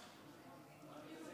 להלן